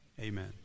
Amen